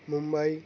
Mumbai